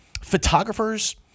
photographers